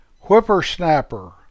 Whippersnapper